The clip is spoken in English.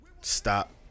stop